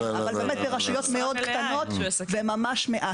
באמת ברשויות מאוד קטנות זה ממש מעט.